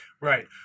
Right